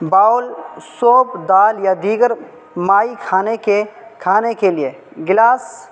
bowl soup دال یا دیگر مائی کھانے کے کھانے کے لیے گلاس